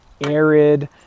arid